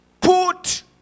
put